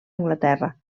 anglaterra